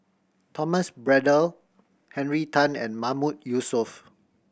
Thomas Braddell Henry Tan and Mahmood Yusof